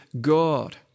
God